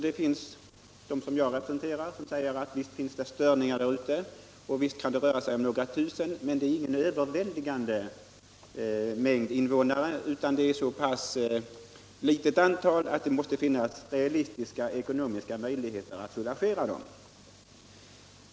Det finns å andra sidan sådana som säger att visst är det störningar och visst kan det röra sig om några tusen, men det är ingen överväldigande mängd invånare utan det är så pass litet antal att det måste finnas realistiska ekonomiska möjligheter att lämna ersättning.